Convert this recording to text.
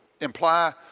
imply